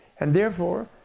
and therefore,